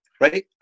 Right